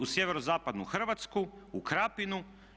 U sjeverozapadnu Hrvatsku, u Krapinu.